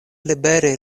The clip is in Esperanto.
libere